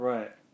Right